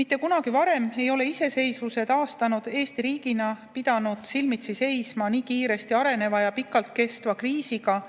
Mitte kunagi varem ei ole iseseisvuse taastanud Eesti pidanud riigina silmitsi seisma nii kiiresti areneva ja pikalt kestva kriisiga,